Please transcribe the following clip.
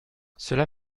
cela